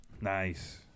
Nice